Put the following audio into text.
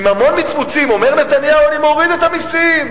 עם המון מצמוצים אומר נתניהו: אני מוריד את המסים,